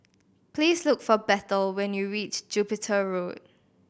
please look for Bethel when you reach Jupiter Road